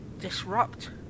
disrupt